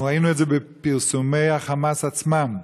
ראינו את זה בפרסומי החמאס עצמם,